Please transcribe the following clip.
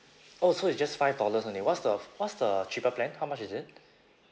oh so it's just five dollars only what's the f~ what's the cheaper plan how much is it